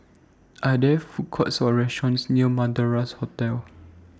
Are There Food Courts Or restaurants near Madras Hotel